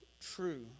true